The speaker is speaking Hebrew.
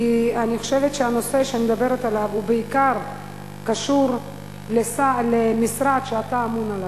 כי אני חושבת שהנושא שאני מדברת עליו קשור בעיקר למשרד שאתה אמון עליו.